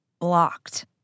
blocked